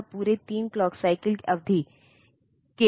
इसलिए यदि हम सिस्टम में मौजूद वायर को देख रहे हैं